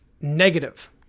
negative